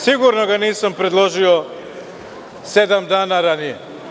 Sigurno ga nisam predložio sedam dana ranije.